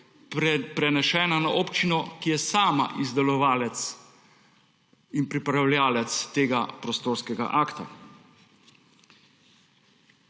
prenesena na občino, ki je sama izdelovalec in pripravljavec tega prostorskega akta.